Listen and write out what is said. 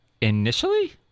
Initially